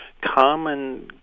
common